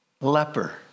leper